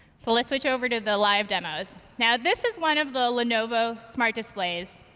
so let's switch over to the live demos. now, this is one of the lenovo smart displays.